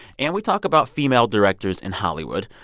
and we talk about female directors in hollywood,